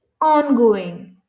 ongoing